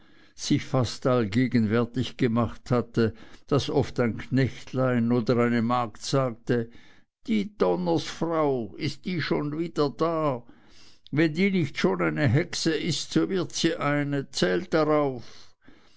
sich fast allgegenwärtig gemacht hatte daß oft ein knechtlein oder eine magd sagte die donners frau ist die schon wieder da wenn die nicht schon eine hexe ist so wird sie eine zählt darauf